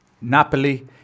Napoli